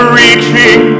reaching